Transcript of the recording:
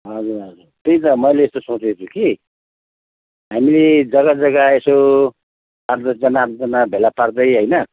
हजुर हजुर त्यही त मैले यस्तो सोचेको छु कि हामीले जग्गा जग्गा यसो आठ दसजना आठ दसजना भेला पार्दै होइन